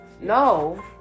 No